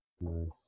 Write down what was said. Nice